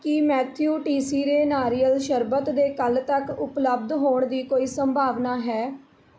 ਕੀ Matthew ਟੀਸੀਰੇ ਨਾਰੀਅਲ ਸ਼ਰਬਤ ਦੇ ਕੱਲ੍ਹ ਤੱਕ ਉਪਲਬਧ ਹੋਣ ਦੀ ਕੋਈ ਸੰਭਾਵਨਾ ਹੈ